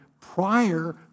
prior